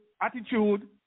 attitude